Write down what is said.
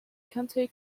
country